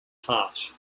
harsh